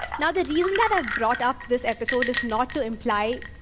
now, the reason that i brought up this episode is not to imply,